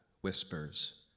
whispers